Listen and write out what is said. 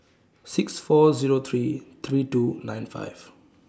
six four Zero three three two nine five